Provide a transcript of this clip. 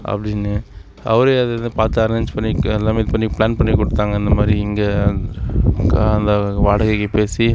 அப்படின்னு அவரே அது இதுன்னு பார்த்து அரேஞ்ச் பண்ணி எல்லாமே இது பண்ணி ப்ளான் பண்ணி கொடுத்தாங்க இந்த மாதிரி இங்கே கா இந்த வாடகைக்கு பேசி